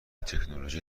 تکنولوژی